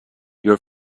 your